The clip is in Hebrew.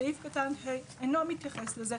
סעיף קטן (ה) אינו מתייחס לזה.